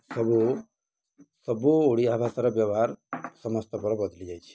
ସବୁ ସବୁ ଓଡ଼ିଆ ଭାଷାର ବ୍ୟବହାର ସମସ୍ତଙ୍କର ବଦଳିଯାଇଛି